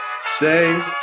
say